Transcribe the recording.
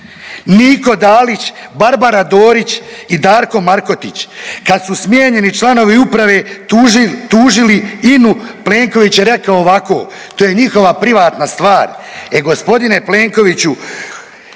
Niko Dalić, Barbara Dorić i Darko Markotić. Kad su smijenjeni članovi uprave tužili INU Plenković je rekao ovako, to je njihova privatna stvar. E gospodine Plenkoviću